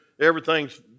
everything's